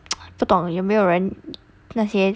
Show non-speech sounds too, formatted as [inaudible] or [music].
[noise] 不懂有没有人那些